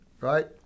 right